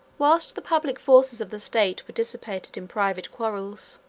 whilst the public forces of the state were dissipated in private quarrels,